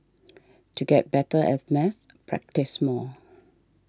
to get better at maths practise more